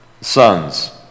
Sons